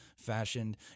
fashioned